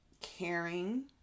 caring